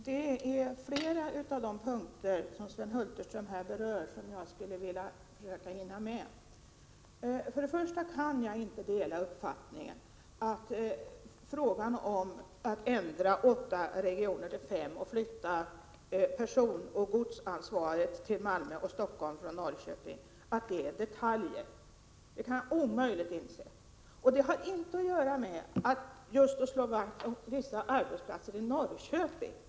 Herr talman! Det är flera av de punkter som Sven Hulterström här berör som jag skulle vilja försöka hinna med. Först och främst kan jag inte dela uppfattningen att det är fråga om detaljer när man ändrar åtta regioner till fem och flyttar personoch godstrafikansvaret till Malmö och Stockholm från Norrköping. Det kan jag omöjligt inse. Detta har inte främst att göra med att jag vill slå vakt om vissa arbetsplatser just i Norrköping.